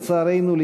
לצערנו,